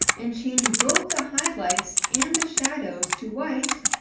and change both the highlights and the shadows to white,